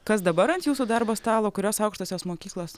kas dabar ant jūsų darbo stalo kurios aukštosios mokyklos